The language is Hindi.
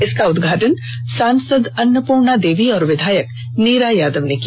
इसका उद्घाटन सांसद अन्नपूर्णा देवी और विधायक नीरा यादव ने किया